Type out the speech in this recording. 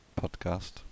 podcast